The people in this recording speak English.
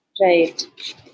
Right